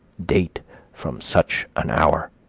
date from such an hour.